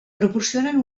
proporcionen